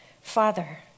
Father